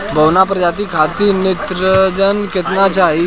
बौना प्रजाति खातिर नेत्रजन केतना चाही?